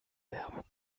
werbung